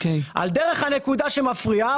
דרך הנקודה שמפריעה,